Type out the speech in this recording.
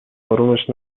آرومش